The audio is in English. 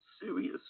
serious